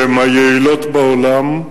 שהן היעילות בעולם,